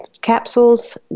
capsules